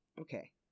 Okay